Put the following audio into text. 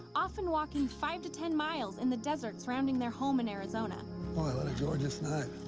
often walking five to ten miles in the desert surrounding their home in arizona. why, what a gorgeous night.